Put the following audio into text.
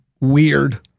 weird